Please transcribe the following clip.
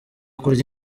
kurya